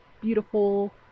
Beautiful